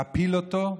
להפיל אותו?